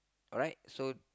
alright so